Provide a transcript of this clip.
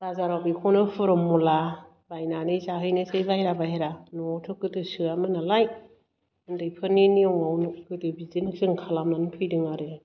बाजाराव बेखौनो हुरु मुला बायनानै जाहैनोसै बायह्रा बायह्रा न'आवथ' गोदो सोयामोन नालाय ओन्दैफोरनि नियमाव गोदो बिदिनो जों खालामनानै फैदों आरो